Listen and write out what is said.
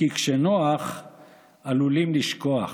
כי כשנוח עלולים לשכוח.